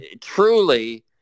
Truly